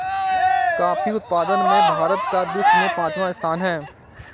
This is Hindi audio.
कॉफी उत्पादन में भारत का विश्व में पांचवा स्थान है